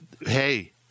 Hey